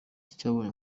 cyabonye